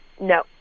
no